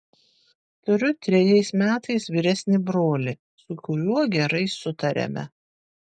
turiu trejais metais vyresnį brolį su kuriuo gerai sutariame